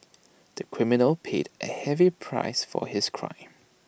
the criminal paid A heavy price for his crime